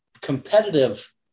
competitive